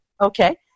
Okay